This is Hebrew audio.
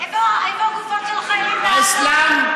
לא גופות, החיילים בעזה?